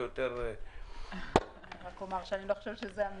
יותר --- אני רק אומר שאני לא חושבת שזה המקרה.